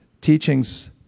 teachings